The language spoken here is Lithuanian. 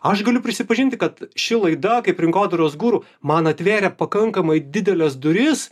aš galiu prisipažinti kad ši laida kaip rinkodaros guru man atvėrė pakankamai dideles duris